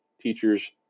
teachers